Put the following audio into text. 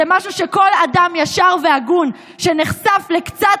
זה משהו שכל אדם ישר והגון שנחשף לקצת